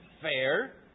fair